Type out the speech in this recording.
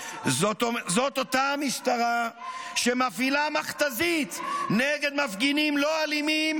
------ זאת אותה המשטרה שמפעילה מכת"זית נגד מפגינים לא אלימים,